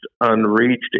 unreached